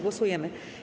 Głosujemy.